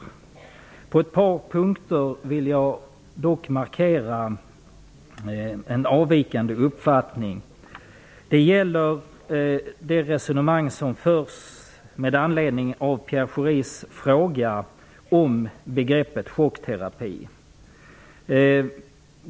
På ett par punkter vill jag dock markera en avvikande uppfattning. Det gäller det resonemang som förs med anledning av Pierre Schoris fråga om begreppet chockterapi.